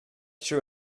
true